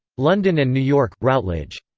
london and new york routledge.